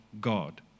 God